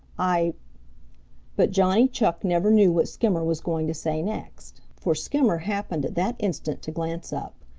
i but johnny chuck never knew what skimmer was going to say next, for skimmer happened at that instant to glance up.